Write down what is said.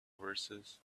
verses